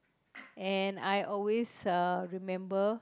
and I always uh remember